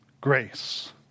grace